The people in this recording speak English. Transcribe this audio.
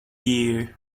year